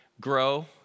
grow